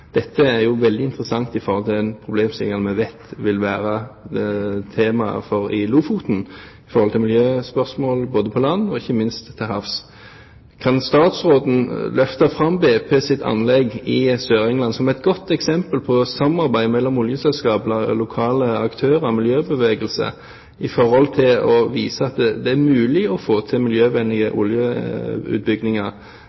Dette er veldig interessant i forhold til den problemstillingen vi vet vil være temaet i Lofoten angående miljøspørsmål både på land og ikke minst til havs. Kan statsråden løfte fram BPs anlegg i Sør-England som et godt eksempel på samarbeid mellom oljeselskap, lokale aktører og miljøbevegelse for å vise at det er mulig å få til miljøvennlige